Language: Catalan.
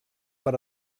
per